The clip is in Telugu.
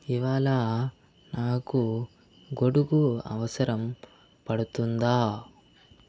ఇవాళ నాకు గొడుగు అవసరం పడుతుందా